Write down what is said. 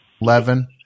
Eleven